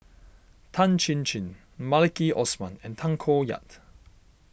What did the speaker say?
Tan Chin Chin Maliki Osman and Tay Koh Yat